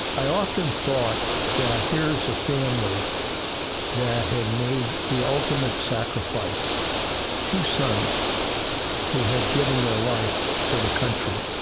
i often thought that here's a family that had made the ultimate sacrifice two sons who had given their life for the country.